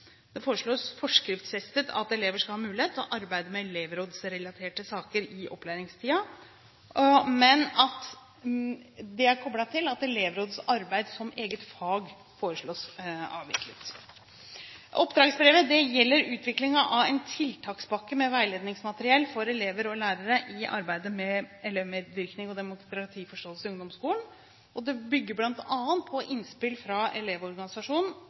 Det foreslås forskriftsfestet at elever skal ha mulighet til å arbeide med elevrådsrelaterte saker i opplæringstiden, men det er koblet til at elevrådsarbeid som eget fag foreslås avviklet. Oppdragsbrevet gjelder utviklingen av en tiltakspakke med veiledningsmateriell for elever og lærere i arbeidet med elevmedvirkning og demokratiforståelse i ungdomsskolen. Det bygger bl.a. på innspill fra elevorganisasjonen